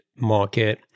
market